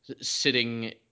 sitting